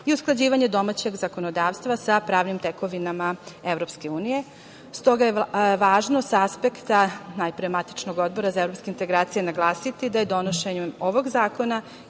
i usklađivanje domaćeg zakonodavstva sa pravnim tekovinama EU.S toga je važno sa aspekta, najpre, matičnog Odbora za evropske integracije naglasiti da donošenjem ovog zakona